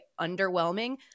underwhelming